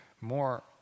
more